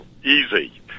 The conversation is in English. easy